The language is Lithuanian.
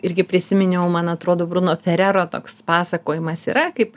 irgi prisiminiau man atrodo bruno ferero toks pasakojimas yra kaip